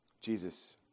Jesus